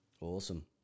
Awesome